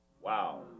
Wow